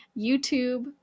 YouTube